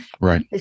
Right